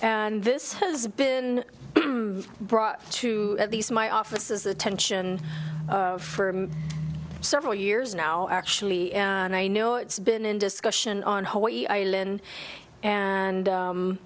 and this has been brought to these my offices attention for several years now actually and i know it's been in discussion on hawaii island and